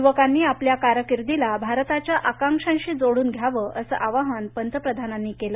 युवकांनी आपल्या कारकिर्दीला भारताच्या आकांक्षाशी जोडून घ्यावं असं आवाहन पंतप्रधानांनी केलं